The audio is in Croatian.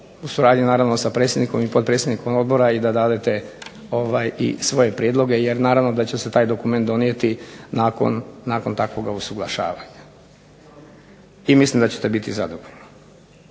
u suradnji naravno sa predsjednikom i potpredsjednikom odbora i da dadete i svoje prijedloge, jer naravno da će se taj dokument donijeti nakon takvoga usuglašavanja, i mislim da ćete biti zadovoljni.